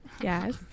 Yes